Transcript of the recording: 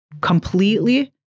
completely